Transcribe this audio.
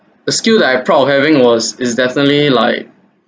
the skill that I proud of having was is definitely like